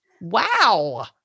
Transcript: Wow